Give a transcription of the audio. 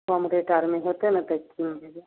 कम rate आरमे होतै ने तऽ कीन लेबै